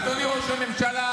אדוני ראש הממשלה,